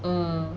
um